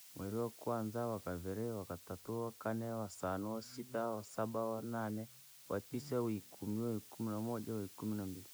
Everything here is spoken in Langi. Mwerii wakwanza, wakaviri, wakatati, wakane, wasano, wasita, wasaba. wanane, watisa, wiikumi, waikumii namoja, waikumii nambili.